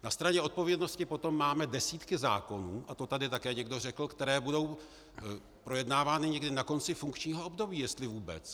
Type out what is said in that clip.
Na straně odpovědnosti potom máme desítky zákonů, a to tady také někdo řekl, které budou projednávány někdy na konci funkčního období, jestli vůbec.